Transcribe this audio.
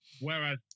Whereas